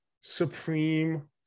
supreme